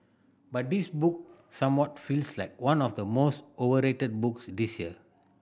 but this book somewhat feels like one of the most overrated books this year